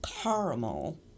caramel